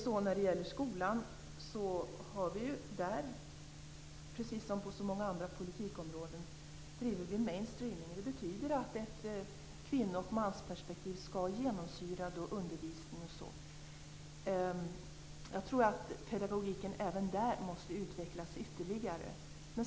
På skolans område, precis som på så många andra politikområden, driver vi main streaming. Det betyder att ett kvinno och mansperspektiv skall genomsyra undervisningen. Jag tror att pedagogiken även där måste utvecklas ytterligare.